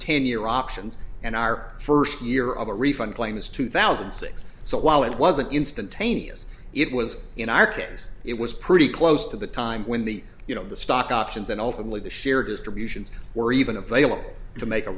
options and our first year of a refund claim is two thousand and six so while it wasn't instantaneous it was in our case it was pretty close to the time when the you know the stock options and ultimately the share distributions were even available to make a